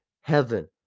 heaven